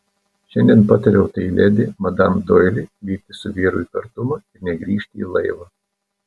šiandien patariau tai ledi madam doili vykti su vyru į kartumą ir negrįžti į laivą